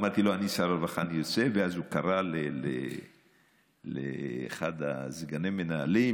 ואז הוא קרא לאחד מסגני המנהלים,